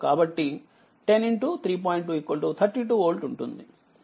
232 వోల్ట్ఉంటుందిమరియు ఈ కరెంట్0